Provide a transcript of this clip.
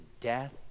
death